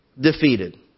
defeated